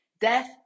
Death